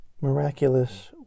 miraculous